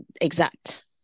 exact